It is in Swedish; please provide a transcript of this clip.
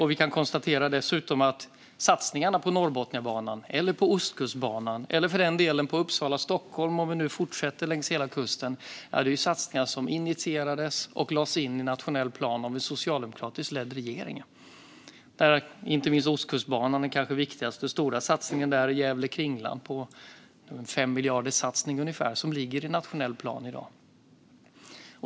Vi kan dessutom konstatera att satsningarna på Norrbotniabanan, på Ostkustbanan och för den delen på sträckan Uppsala-Stockholm, om vi nu fortsätter längs kusten, är satsningar som initierades och lades in i nationell plan av en socialdemokratiskt ledd regering. På Ostkustbanan gäller den kanske viktigaste stora satsningen sträckan Gävle-Kringlan. Det är en satsning på ungefär 5 miljarder som ligger i nationell plan i dag.